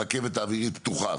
הרכבת האווירית פתוחה.